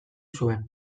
zuen